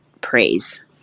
praise